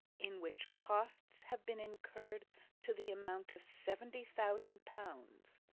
in which costs have been incurred to the amount of seventy thousand pounds,